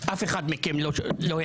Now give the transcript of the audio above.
אף אחד מכם לא העלה.